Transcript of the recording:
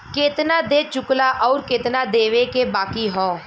केतना दे चुकला आउर केतना देवे के बाकी हौ